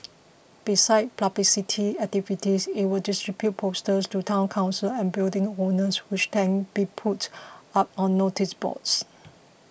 besides publicity activities it will distribute posters to Town Councils and building owners which can be put up on noticeboards